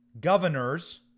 governors